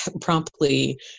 promptly